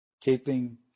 keeping